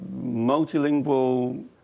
multilingual